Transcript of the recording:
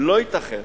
לא ייתכן